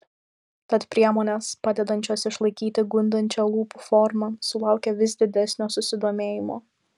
tad priemonės padedančios išlaikyti gundančią lūpų formą sulaukia vis didesnio susidomėjimo